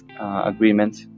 agreement